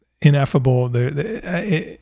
ineffable